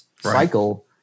cycle